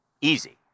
Easy